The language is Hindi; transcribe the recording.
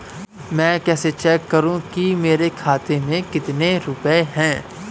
मैं कैसे चेक करूं कि मेरे खाते में कितने रुपए हैं?